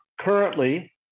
currently